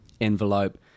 envelope